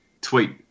tweet